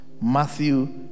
Matthew